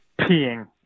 peeing